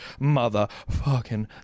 motherfucking